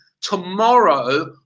tomorrow